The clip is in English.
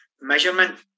measurement